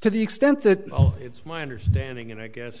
to the extent that it's my understanding and i guess